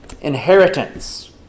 inheritance